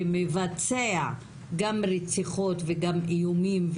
ומבצע גם רציחות וגם איומים,